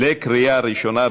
בקריאה ראשונה.